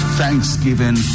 thanksgiving